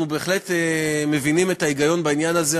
אנחנו בהחלט מבינים את ההיגיון בעניין הזה.